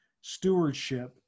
stewardship